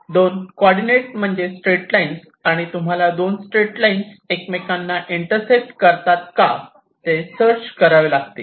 दोन कॉर्डीनेट म्हणजे straight lines आणि तुम्हाला दोन स्ट्रेट लाईन्स एकमेकांना इंटरसेक्ट करतात का ते सर्च करावे लागतील